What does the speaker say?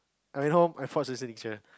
I home I forge the signature